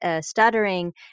stuttering